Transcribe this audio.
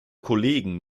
kollegen